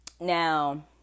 Now